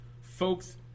folks